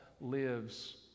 lives